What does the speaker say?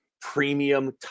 premium